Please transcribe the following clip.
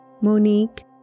Monique